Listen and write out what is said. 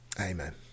Amen